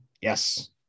yes